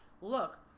look